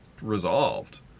resolved